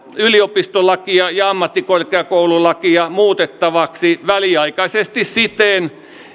yliopistolakia ja ammattikorkeakoululakia muutettavaksi väliaikaisesti siten